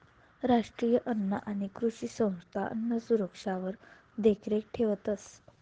राष्ट्रीय अन्न आणि कृषी संस्था अन्नसुरक्षावर देखरेख ठेवतंस